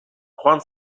joan